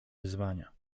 wyzwania